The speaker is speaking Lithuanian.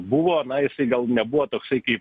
buvo na jisai gal nebuvo toksai kaip